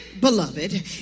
beloved